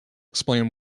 explain